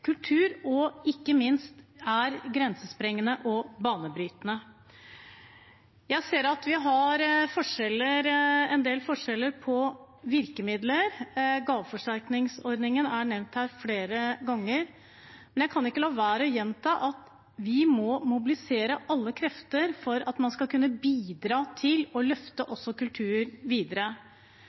kultur, og ikke minst fra dem som er grensesprengende og banebrytende. Jeg ser at det er en del forskjeller når det gjelder virkemidler. Gaveforsterkningsordningen er nevnt flere ganger her. Men jeg kan ikke la være å gjenta at vi må mobilisere alle krefter for at man skal kunne bidra til å løfte kulturlivet videre.